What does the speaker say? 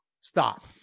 Stop